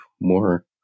more